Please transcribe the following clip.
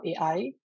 AI